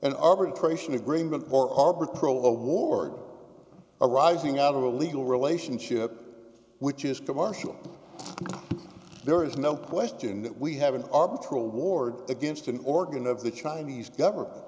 are pro award arising out of a legal relationship which is commercial there is no question that we have an arbitrary award against an organ of the chinese government